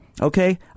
Okay